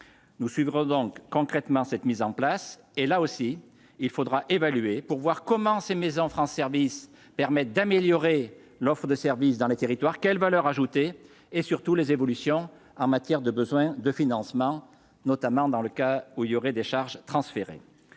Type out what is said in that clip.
nous suivrons donc concrètement cette mise en place et là aussi il faudra évaluer pour voir comment ces Maisons France services permettent d'améliorer l'offre de service dans les territoires, quelle valeur ajoutée et surtout les évolutions en matière de besoins de financement, notamment dans le cas où il y aurait des charges transférées